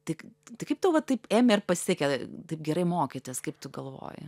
tik tai kaip tau va taip ėmė ir pasekė taip gerai mokytis kaip tu galvoji